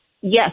Yes